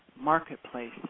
marketplace